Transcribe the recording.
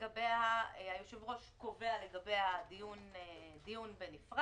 היושב-ראש קובע לגביה דיון בנפרד.